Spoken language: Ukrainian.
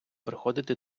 приходити